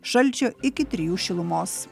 šalčio iki trijų šilumos